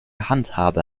handhabe